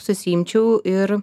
susiimčiau ir